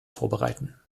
vorbereiten